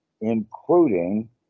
including